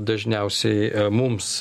dažniausiai mums